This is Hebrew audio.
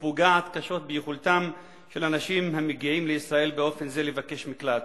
ופוגעת קשות ביכולתם של אנשים המגיעים לישראל באופן זה לבקש מקלט.